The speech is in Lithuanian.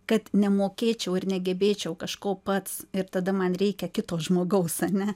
kad nemokėčiau ir negebėčiau kažko pats ir tada man reikia kito žmogaus ane